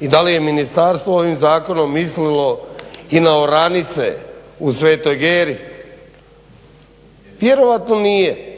i da li je ministarstvo ovim zakonom mislilo i na oranice u Svetoj Geri? Vjerojatno nije,